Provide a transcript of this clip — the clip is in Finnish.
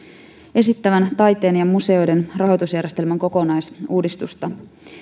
esittävän taiteen ja museoiden rahoitusjärjestelmän kokonaisuudistusta